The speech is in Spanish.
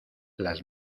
las